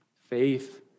Faith